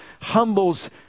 humbles